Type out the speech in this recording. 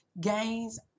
gains